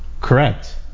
correct